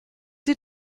sie